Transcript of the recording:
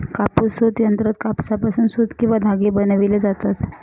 कापूस सूत यंत्रात कापसापासून सूत किंवा धागे बनविले जातात